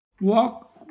Walk